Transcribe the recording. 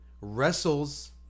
wrestles